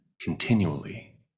continually